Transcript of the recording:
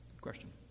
Question